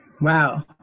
Wow